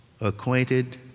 acquainted